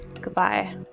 goodbye